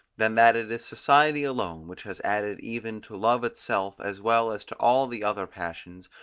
than that it is society alone, which has added even to love itself as well as to all the other passions,